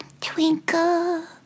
Twinkle